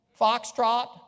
Foxtrot